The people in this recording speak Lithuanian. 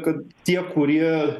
kad tie kurie